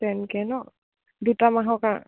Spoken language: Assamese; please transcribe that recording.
টেন কে ন দুটা মাহৰ